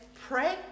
Pray